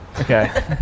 Okay